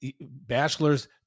Bachelor's